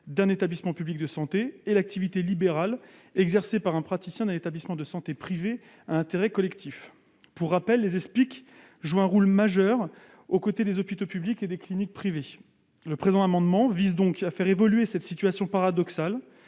d'un établissement public de santé et l'activité libérale exercée par un praticien dans un établissement de santé privé d'intérêt collectif. Je vous le rappelle, les Espic jouent un rôle essentiel au côté des hôpitaux publics et des cliniques privées. Le présent amendement vise donc à faire évoluer cette situation paradoxale,